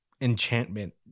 enchantment